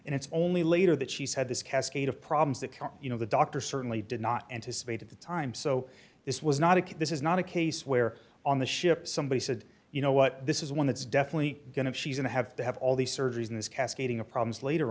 and it's only later that she said this cascade of problems that you know the doctor certainly did not anticipate at the time so this was not a kid this is not a case where on the ship somebody said you know what this is one that's definitely going to she's in to have to have all these surgeries in this cascading of problems later